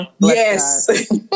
Yes